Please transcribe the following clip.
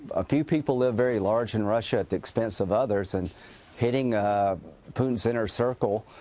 a few people live very large in russia at the expense of others and hitting putin's inner circle,